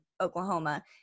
Oklahoma